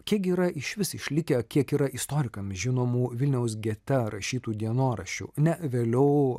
kiek gi yra išvis išlikę kiek yra istorikam žinomų vilniaus gete rašytų dienoraščių ne vėliau